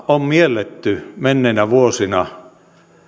on mielletty menneinä vuosina